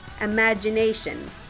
imagination